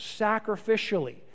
sacrificially